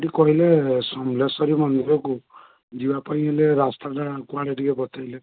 ଟିକିଏ କହିଲେ ସମଲେଶ୍ୱରୀ ମନ୍ଦିରକୁ ଯିବାପାଇଁ ହେଲେ ରାସ୍ତାଟା କୁଆଡ଼େ ଟିକିଏ ବତେଇଲେ